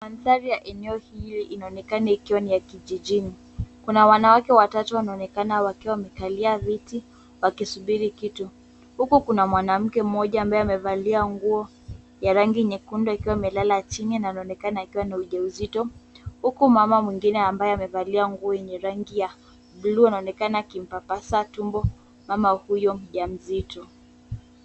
Mandhari ya eneo hili inaonekana ikiwa ni ya kijijini, kuna wanawake watatu wanaonekana wakiwa wamekalia viti wakisubiri kitu, huku kuna mwanamke mmoja ambaye amevalia nguo ya rangi nyekundu akiwa amelala chini na anaonekana akiwa na ujauzito huku mama mwingine ambaye amevalia nguo yenye rangi ya buluu anaonekana akimpapasa tumbo mama huyo mjamzito.